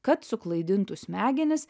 kad suklaidintų smegenis